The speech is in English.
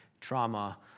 trauma